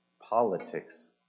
politics